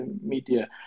media